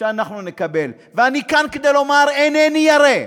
שאנחנו נקבל, ואני כאן כדי לומר: אינני ירא.